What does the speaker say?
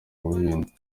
buhinde